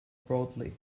broadly